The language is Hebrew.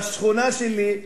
בשכונה שלי,